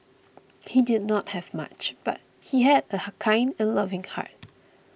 he did not have much but he had a kind and loving heart